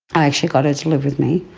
i actually got her to live with me,